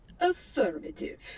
Affirmative